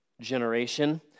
generation